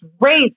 race